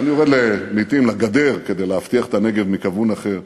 אני יורד לעתים לגדר כדי להבטיח את הנגב מכיוון אחר.